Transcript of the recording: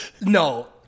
No